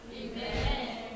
Amen